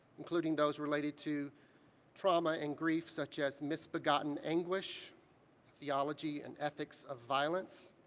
including those related to trauma and grief, such as misbegotten anguish theology and ethics of violence,